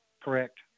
Correct